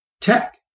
tech